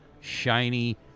shiny